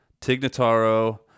Tignataro